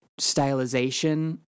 stylization